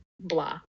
blah